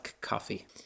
coffee